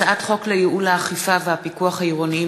הצעת חוק לייעול האכיפה והפיקוח העירוניים